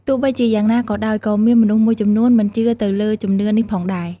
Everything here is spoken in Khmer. ទោះបីជាយ៉ាងណាក៏ដោយ ក៏មានមនុស្សមួយចំនួនមិនជឿទៅលើជំនឿនេះផងដែរ។